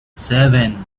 seven